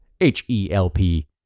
H-E-L-P